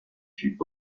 fut